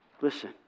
listen